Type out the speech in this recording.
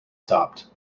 stopped